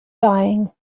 dying